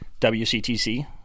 WCTC